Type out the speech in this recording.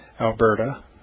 Alberta